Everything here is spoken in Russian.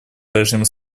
прежнему